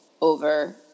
over